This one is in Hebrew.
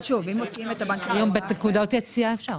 היום בנקודות יציאה אפשר.